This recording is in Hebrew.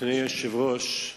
אדוני היושב-ראש,